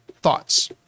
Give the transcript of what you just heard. thoughts